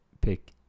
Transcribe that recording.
pick